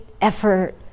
effort